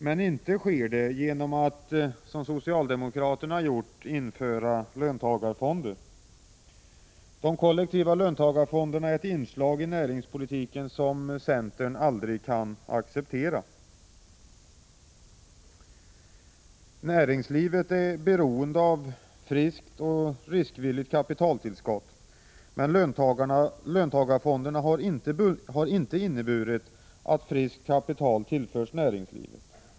Men det kan inte ske genom att man — som socialdemokraterna har gjort — inför löntagarfonder. De kollektiva löntagarfonderna är ett inslag i näringspolitiken som centern aldrig kan acceptera. Näringslivet är beroende av friskt, riskvilligt kapitaltillskott. Löntagarfonderna har inte inneburit att friskt kapital tillförts näringslivet.